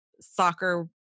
soccer